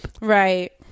Right